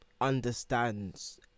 understands